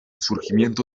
surgimiento